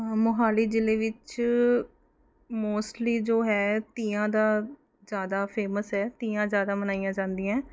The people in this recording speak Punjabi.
ਮੋਹਾਲੀ ਜ਼ਿਲ੍ਹੇ ਵਿੱਚ ਮੋਸਟਲੀ ਜੋ ਹੈ ਤੀਆਂ ਦਾ ਜ਼ਿਆਦਾ ਫੇਮਸ ਹੈ ਤੀਆਂ ਜ਼ਿਆਦਾ ਮਨਾਈਆਂ ਜਾਂਦੀਆਂ